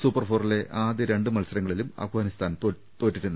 super ഫോറിലെ ആദ്യ രണ്ട് മത്സരങ്ങളിലും അഫ്ഗാനിസ്ഥാൻ തോറ്റിരുന്നു